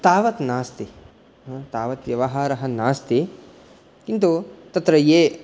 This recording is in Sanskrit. तावत् नास्ति तावत् व्यवहारः नास्ति किन्तु तत्र ये